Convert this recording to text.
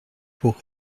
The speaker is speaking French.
pour